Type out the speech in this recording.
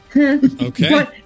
Okay